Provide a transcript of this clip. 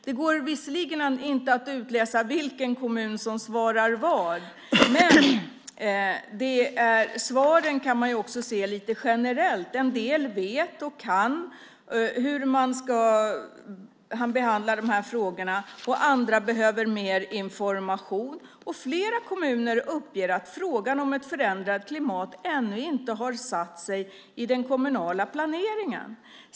Det går visserligen inte att utläsa vilken kommun som svarar vad. Men man kan också se svaren lite generellt. En del vet och kan hur man ska behandla de här frågorna, och andra behöver mer information. Fler kommuner uppger att frågan om ett förändrat klimat ännu inte har satt sig i den kommunala planeringen.